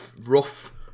rough